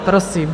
Prosím.